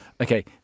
okay